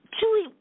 Julie